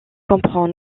comprend